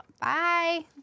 bye